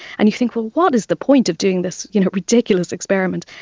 and you think, well, what is the point of doing this you know ridiculous experiment,